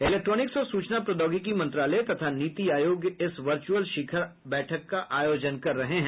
electronics और सूचना प्रौद्योगिकी मंत्रालय तथा नीति आयोग इस वर्चुअल शिखर बैठक का आयोजन कर रहे हैं